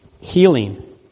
healing